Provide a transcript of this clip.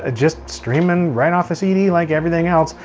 ah just streaming right off a cd like everything else.